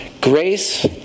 Grace